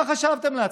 מה חשבתם לעצמכם?